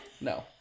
No